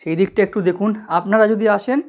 সেই দিকটা একটু দেখুন আপনারা যদি আসেন